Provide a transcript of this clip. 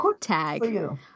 tag